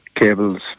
cables